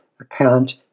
account